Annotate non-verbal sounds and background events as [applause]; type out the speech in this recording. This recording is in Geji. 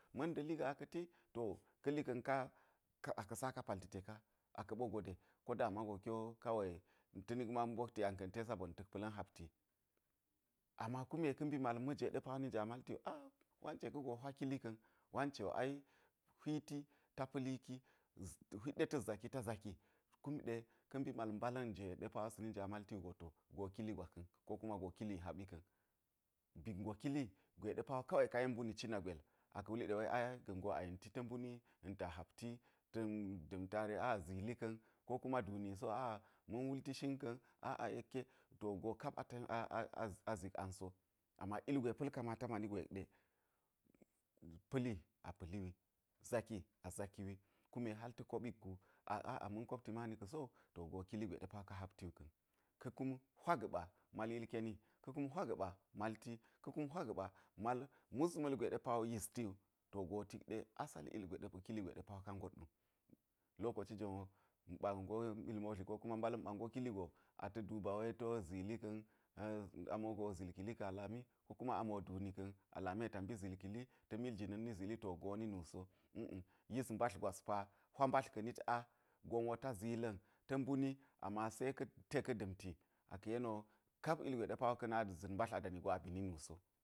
Ma̱n nda̱li gaa ka̱ti, to ka̱li ka aka̱ saka palti teka a ɓo goɗe ko damago kiwo kawai ta̱ nikma mbokti an sabona̱ ta̱k pa̱la̱n habti. Ama kume ka̱ mal ma̱jwe ni jaamalki wu [unintelligible] wance ka̱go hwa kili ka̱n, hwiti ta pa̱li ki, hwit ɗe ta̱s zaki ta zaki. Kumɗe ka̱ kumi mal ma̱jwe ni jaa malti go to go kili gwa ka̱n ko kuma go kili ga̱ haɓi ka̱n. Ba̱k ngo kili gwe kawai ka yen mbbuni cina gwel aka̱ wule ga̱n go aiga̱n go ta̱ mbuni ha̱n ta habti ta̱n da̱n tare, a a zili ka̱n ko kuma duni siwo aa ma̱n wulti shin ka̱n a a yekke. To go kap [hesitation] a zit an so. Ama ilgwe ɗe pa̱l kamata mani go yekɗe, pa̱li a pa̱li wu, zaki, a zaki wi. Kume hal ta̱ koɓit gu, a a ma̱n kopti mani ka̱ sowu, to go kili gwe ɗe pa ka habti wu ka̱n. Ka̱ kum hwa ga̱ɓa mal yil keni ka̱ kum hwa ga̱ɓa malti, ka̱ kum hwa ga̱ɓa mal mas ma̱lgwe ɗe wo yisti wu. Tikɗe asali kili gwe ɗe ka habti wu. Lokaci gon wo ma̱ ɓa ngo kili ko mbala̱n ba ngo mil motli go aka̱ duba wai ko ziili ka̱n, amo [hesitation] ziili kili ka̱na lami ko kuma ami duni ka̱n. A lami ta mbi ziili kili ta̱ mil jina̱n ni ziili. to go ni nu so a̱a̱, yis mbatl gwas pa, hwa mbatl ka̱ niɗɗa̱. Gon wo ta̱ zwila̱n, ta̱ mbuni ama se ka̱ te ka̱ da̱nti aka̱ yeni wo, ka yeni wo kap ilgwe ɗe pa wo ka̱ na̱ma za̱n mbatl dani bani nso.